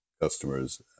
customers